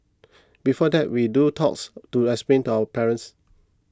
before that we do talks to explain to our parents